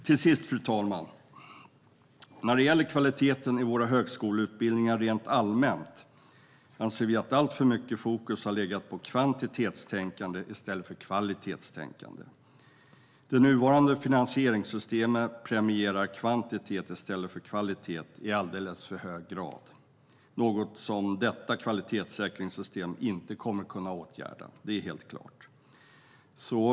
Till sist, fru talman: När det gäller kvaliteten i våra högskoleutbildningar rent allmänt anser vi att alltför mycket fokus har legat på kvantitetstänkande i stället för kvalitetstänkande. Det nuvarande finansieringssystemet premierar kvantitet i stället för kvalitet i alldeles för hög grad, något som detta kvalitetssäkringssystem inte kommer att kunna åtgärda. Det är helt klart.